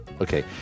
Okay